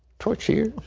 torchieres?